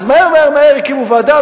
אז מהר-מהר הקימו ועדה,